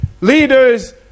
leaders